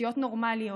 תשתיות נורמליות.